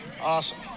Awesome